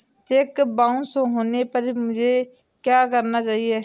Check bounce होने पर मुझे क्या करना चाहिए?